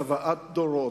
צוואת דורות,